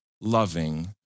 loving